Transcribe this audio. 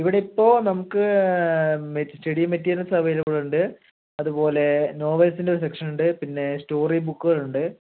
ഇവിടെ ഇപ്പോൾ നമുക്ക് സ്റ്റഡി മെറ്റീരിയൽസ് അവൈലബിൾ ഉണ്ട് അതുപോലെ നോവൽസിൻ്റെ ഒരു സെക്ഷൻ ഉണ്ട് പിന്നെ സ്റ്റോറി ബുക്കുകൾ ഉണ്ട്